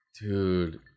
dude